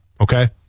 Okay